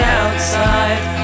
outside